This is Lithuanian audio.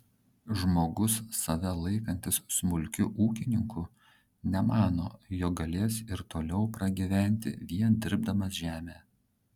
žmogus save laikantis smulkiu ūkininku nemano jog galės ir toliau pragyventi vien dirbdamas žemę